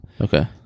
Okay